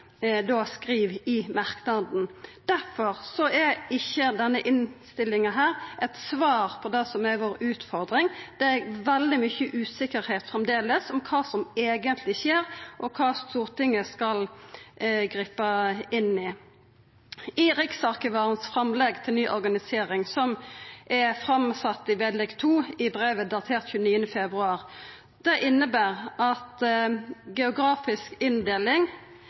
skriv i merknaden. Difor er ikkje denne innstillinga eit svar på det som er utfordringa vår. Det er framleis veldig mykje usikkerheit om kva som eigentleg skjer, og kva Stortinget skal gripa inn i. Framlegget til riksarkivaren til ny organisering, som er lagt ved vedlegg 2 i brevet datert 29. februar, inneber at geografisk inndeling